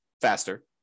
faster